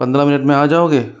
पंद्रह मिनट में आ जाओगे